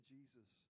Jesus